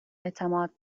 اعتماد